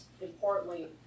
importantly